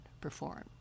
performed